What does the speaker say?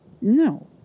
No